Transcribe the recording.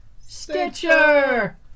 Stitcher